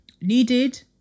needed